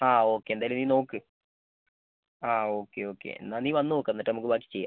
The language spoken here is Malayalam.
ആ ഓക്കെ എന്തായാലും നീ നോക്ക് ആ ഓക്കെ ഓക്കെ എന്നാൽ നീ വന്ന് നോക്ക് എന്നിട്ട് നമുക്ക് ബാക്കി ചെയ്യാം